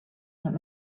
that